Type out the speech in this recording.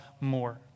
more